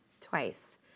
Twice